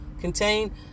contain